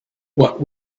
what